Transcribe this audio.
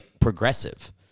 progressive